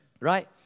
Right